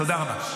תודה רבה.